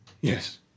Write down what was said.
Yes